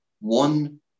one